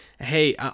hey